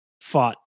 fought